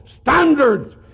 standards